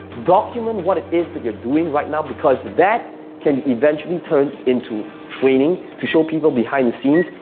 document what it is that you're doing right now because that can eventually turn into training, to show people behind the scenes,